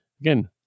again